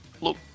Look